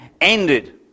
ended